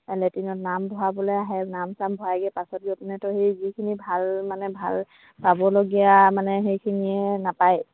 লেট্ৰিনত নাম ভৰাবলৈ আহে নাম চাম ভৰাইগৈ পাছত গৈ পিনেতো সেই যিখিনি ভাল মানে ভাল পাবলগীয়া মানে সেইখিনিয়ে নাপায়